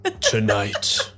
tonight